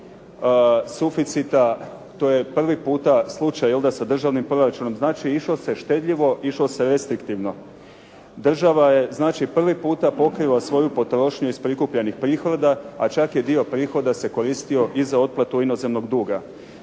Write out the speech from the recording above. suficita. To je prvi puta slučaj sa državnim proračunom. Znači, išlo se štedljivo, išlo se restriktivno. Država je znači prvi puta pokrila svoju potrošnju iz prikupljenih prihoda, a čak je dio prihoda se koristio i za otplatu inozemnog duga.